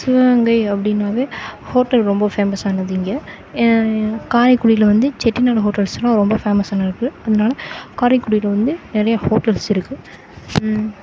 சிவகங்கை அப்டின்னாலே ஹோட்டல் ரொம்ப ஃபேமஸானது இங்கே காரைக்குடியில் வந்து செட்டிநாடு ஹோட்டல்ஸ்லாம் ரொம்ப ஃபேமஸுன்னு இருக்கு அதனால காரைக்குடியில் வந்து நிறையா ஹோட்டல்ஸ் இருக்கு